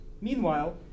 Meanwhile